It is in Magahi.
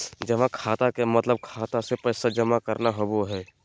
जमा खाता के मतलब खाता मे पैसा जमा करना होवो हय